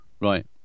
right